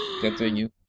continue